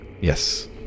Yes